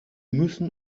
müssen